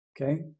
okay